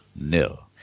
nil